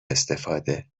استفاده